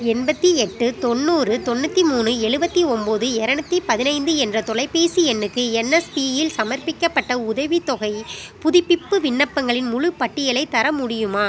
எண்பத்து எட்டு தொண்ணூறு தொண்ணூற்றி மூணு எழுபத்து ஒன்பது இருநூற்றி பதின்நைந்து என்ற தொலைபேசி எண்ணுக்கு என்எஸ்பியில் சமர்ப்பிக்கப்பட்ட உதவித்தொகைப் புதுப்பிப்பு விண்ணப்பங்களின் முழுப் பட்டியலையும் தர முடியுமா